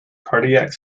cardiac